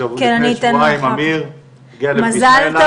שמביאים הרבה מאוד כבוד למדינת ישראל,